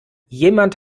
jemand